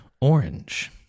Orange